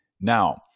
Now